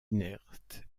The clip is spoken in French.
inerte